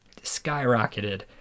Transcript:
skyrocketed